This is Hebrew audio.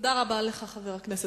תודה רבה לך, חבר הכנסת.